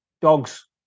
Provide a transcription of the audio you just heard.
dogs